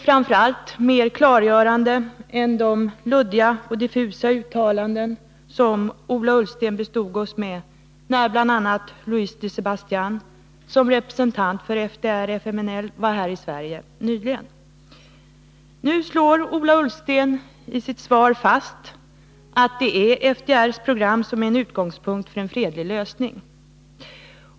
Framför allt är det mer klargörande än de luddiga och diffusa uttalanden Ola Ullsten bestod oss med när bl.a. Luis de Sebastian som representant för FDR/FMNL var här i Sverige nyligen. Nu slår Ola Ullsten i sitt svar fast att det är FDR:s program som är utgångspunkt för en fredlig lösning.